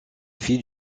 fille